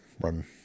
run